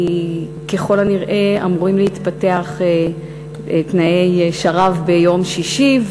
כי ככל הנראה אמורים להתפתח תנאי שרב ביום שישי,